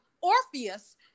Orpheus